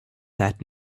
that